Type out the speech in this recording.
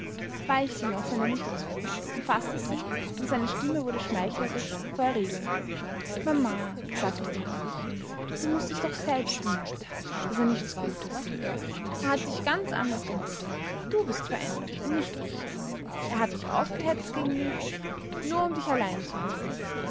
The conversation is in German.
weich ging er auf seine mutter zu umfaßte sie und seine stimme wurde schmeichlerisch vor erregung mama sagte er du mußt es doch selbst bemerkt haben daß er nichts gutes will er hat dich ganz anders gemacht du bist verändert und nicht ich er hat dich aufgehetzt gegen mich nur um dich allein zu haben